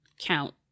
count